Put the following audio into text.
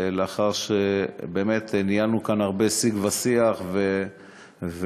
לאחר שניהלנו כאן הרבה שיג ושיח והרבה